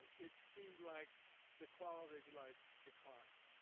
it seemed like the quality of life declined.